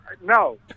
no